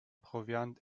proviant